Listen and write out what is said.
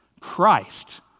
Christ